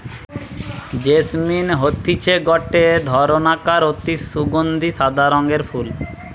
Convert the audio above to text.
jasmine হতিছে গটে ধরণকার অতি সুগন্ধি সাদা রঙের ফুল